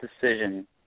decision